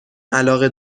علاقه